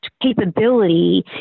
capability